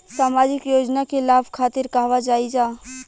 सामाजिक योजना के लाभ खातिर कहवा जाई जा?